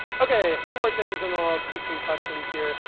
ok, a few more things, then i'll take some questions here.